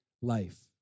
life